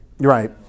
Right